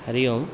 Hari Om